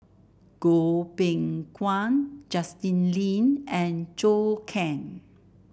Goh Beng Kwan Justin Lean and Zhou Can